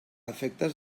efectes